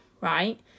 right